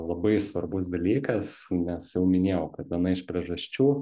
labai svarbus dalykas nes jau minėjau kad viena iš priežasčių